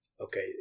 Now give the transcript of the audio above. Okay